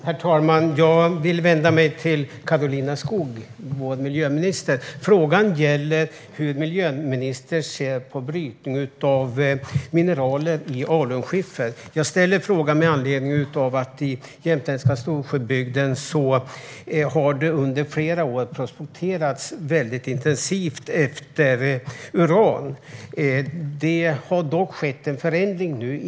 Herr talman! Jag vill vända mig till Karolina Skog, vår miljöminister. Frågan gäller hur miljöministern ser på brytning av mineraler i alunskiffer. Jag ställer frågan med anledning av att det i jämtländska Storsjöbygden under flera år har prospekterats väldigt intensivt efter uran. Nu har det dock skett en förändring.